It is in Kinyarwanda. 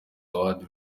awards